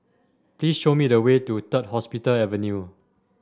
please show me the way to Third Hospital Avenue